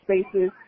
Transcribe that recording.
spaces